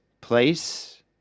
place